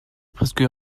presque